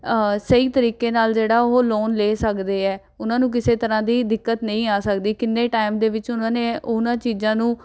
ਸਹੀ ਤਰੀਕੇ ਨਾਲ ਜਿਹੜਾ ਉਹ ਲੋਨ ਲੈ ਸਕਦੇ ਹੈ ਉਹਨਾਂ ਨੂੰ ਕਿਸੇ ਤਰਾਂ ਦੀ ਦਿੱਕਤ ਨਹੀਂ ਆ ਸਕਦੀ ਕਿੰਨੇ ਟਾਈਮ ਦੇ ਵਿੱਚ ਉਹਨਾਂ ਨੇ ਉਹਨਾਂ ਚੀਜ਼ਾਂ ਨੂੰ